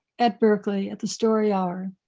at berkeley at the story hour.